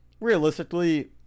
realistically